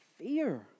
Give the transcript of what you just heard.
fear